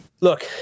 look –